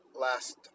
last